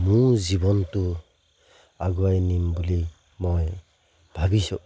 মোৰ জীৱনটো আগুৱাই নিম বুলি মই ভাবিছোঁ